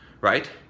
right